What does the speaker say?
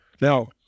Now